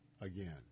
again